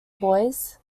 boys